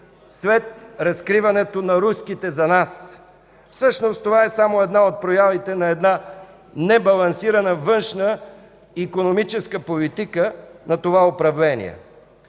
след закриването на руските за нас. Всъщност, това е само една от проявите на една небалансирана външноикономическа политика на това управление.